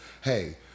hey